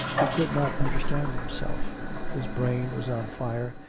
he could not understand himself his brain was on fire,